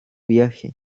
viaje